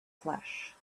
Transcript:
flash